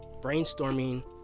brainstorming